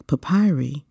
Papyri